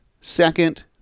second